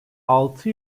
altı